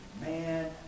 man